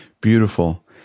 Beautiful